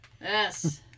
Yes